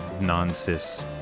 non-cis